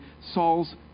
Saul's